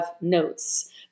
notes